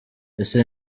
ese